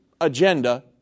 agenda